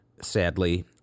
Sadly